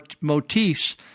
motifs